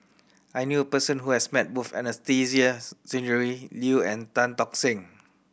I knew a person who has met both Anastasia Tjendri Liew and Tan Tock Seng